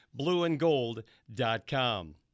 blueandgold.com